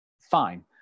fine